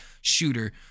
shooter